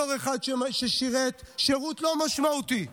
בתור אחד ששירת שירות לא משמעותי,